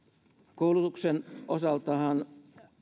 koulutuksen osaltahan